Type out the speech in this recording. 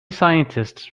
scientists